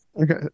Okay